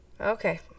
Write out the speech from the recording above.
Okay